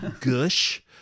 gush